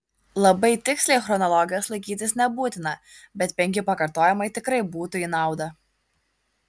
labai tiksliai chronologijos laikytis nebūtina bet penki pakartojimai tikrai būtų į naudą